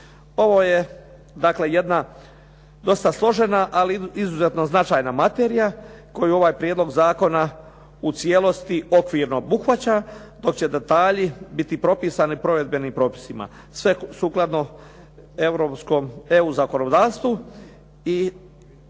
dakle jedna dosta složena ali izuzetno značajna materija koju ovaj prijedlog zakona u cijelosti okvirno obuhvaća dok će detalji biti propisani provedbenim propisima sve sukladno EU zakonodavstvu i naravno